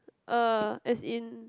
uh as in